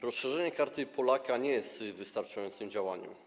Rozszerzenie zakresu Karty Polaka nie jest wystarczającym działaniem.